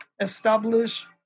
establish